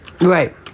right